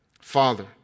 Father